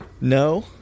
No